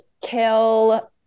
kill